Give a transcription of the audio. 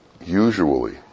usually